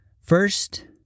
First